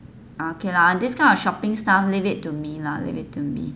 ah okay lah this kind of shopping stuff leave it to me lah leave it to me